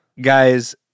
guys